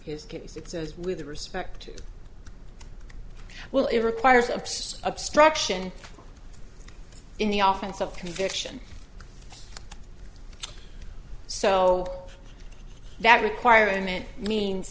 his case it says with respect well it requires ups obstruction in the office of conviction so that requirement means